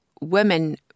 women